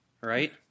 Right